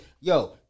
yo